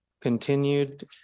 continued